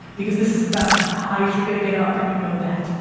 because this is about as high as you're gonna get up and you know that.